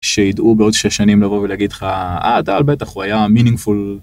שידעו בעוד 6 שנים לבוא ולהגיד לך, הוא היה מינינג פול.